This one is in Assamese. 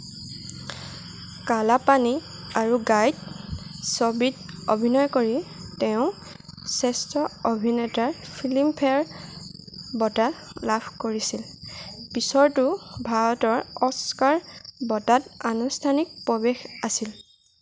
কালাপানী আৰু গাইড ছবিত অভিনয় কৰি তেওঁ শ্ৰেষ্ঠ অভিনেতাৰ ফিল্মফেয়াৰ বঁটা লাভ কৰিছিল পিছৰটো ভাৰতৰ অস্কাৰ বঁটাত আনুষ্ঠানিক প্ৰৱেশ আছিল